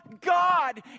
God